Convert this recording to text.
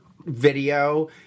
video